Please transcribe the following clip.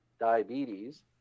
diabetes